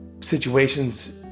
situations